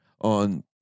on